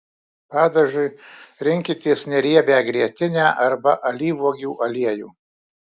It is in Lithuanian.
padažui rinkitės neriebią grietinę arba alyvuogių aliejų